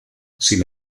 sin